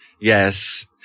Yes